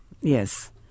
Yes